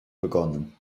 begonnen